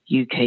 UK